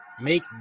make